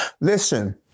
listen